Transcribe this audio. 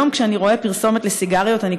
היום כשאני רואה פרסומת לסיגריות אני